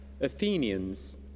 Athenians